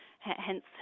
Hence